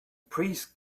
priest